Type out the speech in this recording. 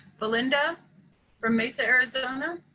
belinda from mesa, arizona,